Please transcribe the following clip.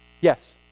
Yes